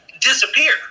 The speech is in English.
disappear